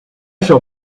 shall